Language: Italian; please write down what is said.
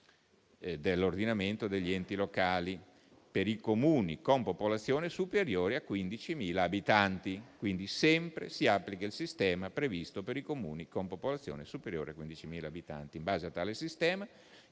dell'ordinamento degli enti locali per i Comuni con popolazione superiore a 15.000 abitanti. Quindi, si applica sempre il sistema previsto per i Comuni con popolazione superiore a 15.000 abitanti. In base a tale sistema,